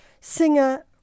singer